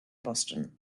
boston